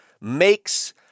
makes